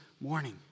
morning